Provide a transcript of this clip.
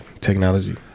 technology